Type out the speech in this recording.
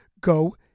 go